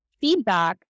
feedback